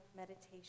Meditation